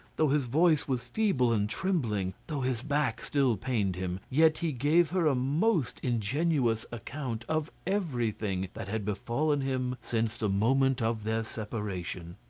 though his voice was feeble and trembling, though his back still pained him, yet he gave her a most ingenuous account of everything that had befallen him since the moment of their separation.